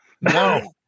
No